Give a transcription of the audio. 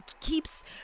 keeps